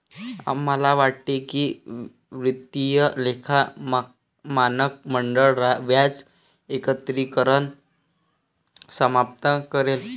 आम्हाला वाटते की वित्तीय लेखा मानक मंडळ व्याज एकत्रीकरण समाप्त करेल